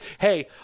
hey